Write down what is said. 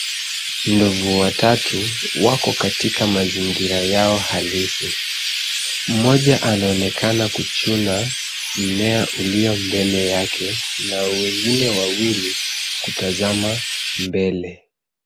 Ndovu watatu wako katika mazingira yao halisi. Mmoja anaonekana kuchuna mmea ulio mbele yake, na wengine wawili kutazama mbele.